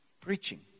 preaching